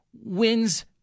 Wins